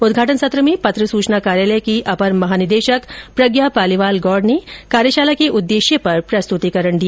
उद्घाटन सत्र मेँ पत्र सूचना कार्यालय की अपर महानिदेशक प्रज्ञा पालीवाल गौड़ ने कार्याशाला के उद्देश्य पर प्रस्तुतीकरण दिया